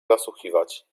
nasłuchiwać